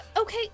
Okay